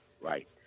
Right